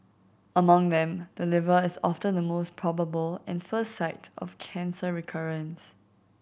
among them the liver is often the most probable and first site of cancer recurrence